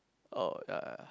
uh ya